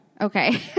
Okay